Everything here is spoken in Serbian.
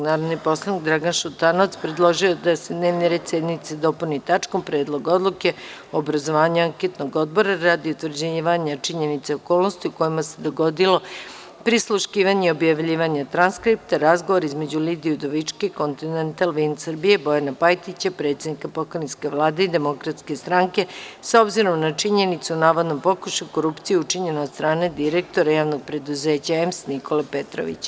Narodni poslanik Dragan Šutanovac predložio je da se dnevni red sednice dopuni tačkom – Predlog odluke o obrazovanju anketnog odbora radi utvrđivanja činjenice i okolnosti u kojima se dogodilo prisluškivanje i objavljivanje transkripta razgovora između Lidije Udovički i „Kontinental Vind Srbija“ i Bojana Pajtića, predsednika Pokrajinske vlade i DS, s obzirom na činjenicu o navodnom pokušaju korupcije učinjenom od strane direktora JP „EMS“ Nikole Petrovića.